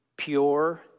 pure